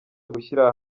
gushyira